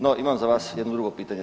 No, imam za vas jedno drugo pitanje.